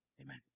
Amen